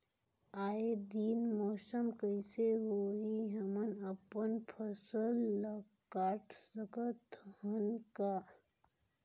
आय दिन मौसम कइसे होही, हमन अपन फसल ल काट सकत हन का?